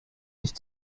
nicht